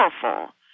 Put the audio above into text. powerful